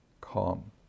calm